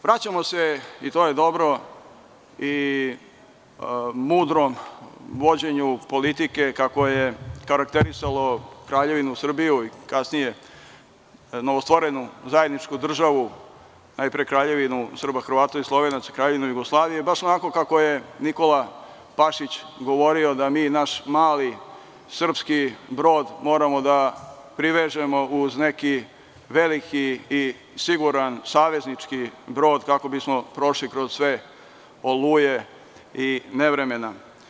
Vraćamo se, i to je dobro, i mudrom vođenju politike kako je karakterisalo Kraljevinu Srbiju i kasnije novostvorenu zajedničku državu, najpre Kraljevinu Srba, Hrvata i Slovenaca, Kraljevinu Jugoslavije, baš onako kako je Nikola Pašić govorio da mi naš mali srpski brod moramo da privežemo uz neki veliki i siguran saveznički brod kako bismo prošli kroz sve oluje i nevremena.